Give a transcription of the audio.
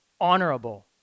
honorable